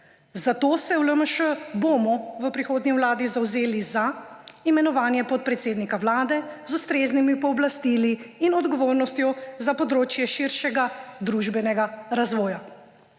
Zato se bomo v LMŠ v prihodnji vladi zavzeli za imenovanje podpredsednika Vlade z ustreznimi pooblastili in odgovornostjo za področje širšega družbenega razvoja.